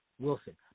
Wilson